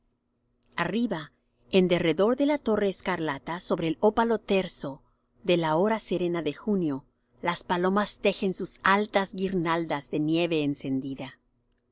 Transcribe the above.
arriba en derredor de la torre escarlata sobre el ópalo terso de la hora serena de junio las palomas tejen sus altas guirnaldas de nieve encendida